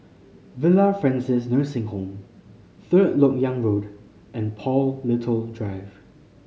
Villa Francis Nursing Home Third Lok Yang Road and Paul Little Drive